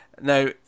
Now